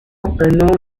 ange